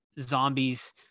zombies